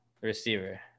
receiver